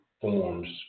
forms